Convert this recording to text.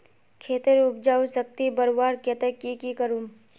खेतेर उपजाऊ शक्ति बढ़वार केते की की करूम?